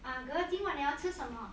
ah girl 今晚你要吃什么